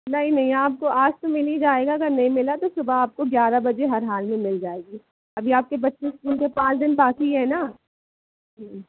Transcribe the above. नहीं नहीं आपको आज तो मिल ही जाएगा अगर नहीं मिला तो सुबह आपको ग्यारह बजे हर हाल में मिल जाएगी अभी आपके बच्चे स्कूल को पांच दिन बाकी है ना हाँ